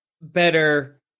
better